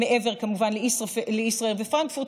מעבר כמובן לישראייר ופרנקפורט,